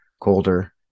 colder